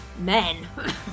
men